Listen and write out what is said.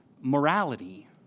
morality